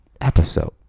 episode